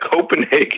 Copenhagen